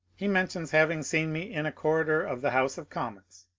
he mentions having seen me in a corridor of the house of commons,